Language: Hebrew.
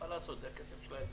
זה עדיין הכסף של האזרח.